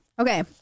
Okay